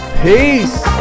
Peace